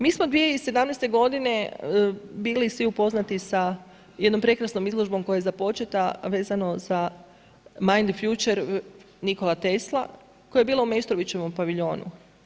Mi smo 2017. godine bili svi upoznati sa jednom prekrasnom izložbom koja je započeta vezano za „Mind from the future“ Nikola Tesla koja je bila u Meštrovićevom paviljonu.